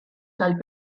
tal